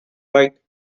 liked